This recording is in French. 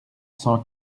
cent